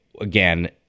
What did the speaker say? Again